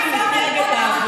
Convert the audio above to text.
מדוע לא דיברו על קיבוצניקים?